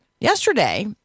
Yesterday